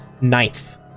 ninth